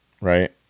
right